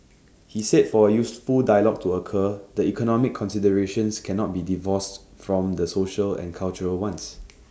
he said for A useful dialogue to occur the economic considerations cannot be divorced from the social and cultural ones